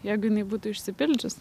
jeigu jinai būtų išsipildžiusi